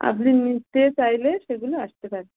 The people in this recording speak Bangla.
আপনি নিতে চাইলে সেগুলো আসতে পারে